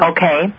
Okay